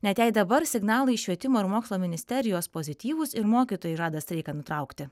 net jei dabar signalai švietimo ir mokslo ministerijos pozityvūs ir mokytojai žada streiką nutraukti